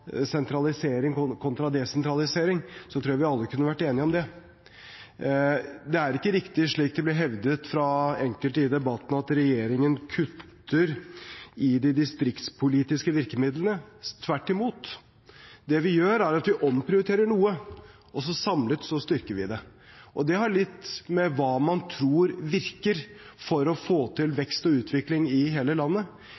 sentralisering kontra desentralisering, tror jeg vi alle kunne vært enige om det. Det er ikke riktig, slik det ble hevdet fra enkelte i debatten, at regjeringen kutter i de distriktspolitiske virkemidlene. Tvert imot. Det vi gjør, er at vi omprioriterer noe, og samlet styrker vi dem. Det har litt å gjøre med hva man tror virker for å få til